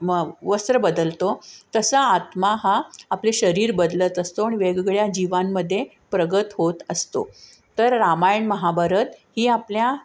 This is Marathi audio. म वस्त्र बदलतो तसा आत्मा हा आपले शरीर बदलत असतो आणि वेगवेगळ्या जीवांमध्ये प्रगत होत असतो तर रामायण महाभारत ही आपल्या